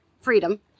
freedom